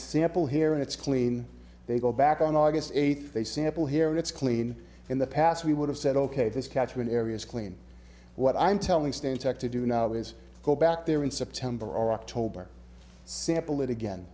sample here and it's clean they go back on august eighth they sample here and it's clean in the past we would have said ok this catchment areas clean what i'm telling stan tech to do now is go back there in september or october sample it again